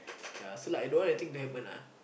ya so like I don't want anything to happen ah